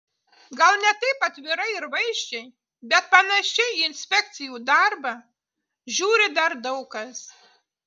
gal ne taip atvirai ir vaizdžiai bet panašiai į inspekcijų darbą žiūri dar daug kas